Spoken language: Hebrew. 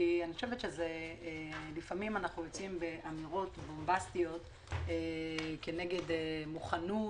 כי לפעמים אנחנו יוצאים באמירות בומבסטיות כנגד מוכנות,